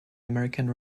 american